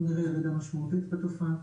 אנחנו נראה ירידה משמעותית בתופעה.